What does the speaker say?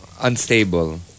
Unstable